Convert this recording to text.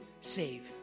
save